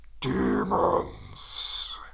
demons